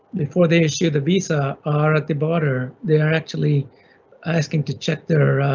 before they issue the visa or at the border, they are actually asking to check their